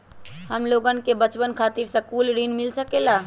हमलोगन के बचवन खातीर सकलू ऋण मिल सकेला?